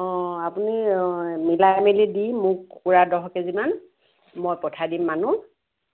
অ আপুনি মিলাই মেলি দি মোক কুকুৰা দহ কেজিমান মই পঠাই দিম মানুহ